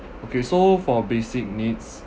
okay so for basic needs